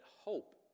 hope